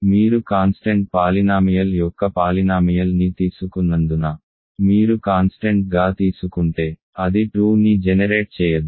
మీరు constant polynomial యొక్క polynomial ని తీసుకున్నందున మీరు కాన్స్టెంట్ గా తీసుకుంటే అది 2ని జెనెరేట్ చేయదు